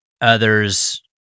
others